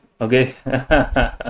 Okay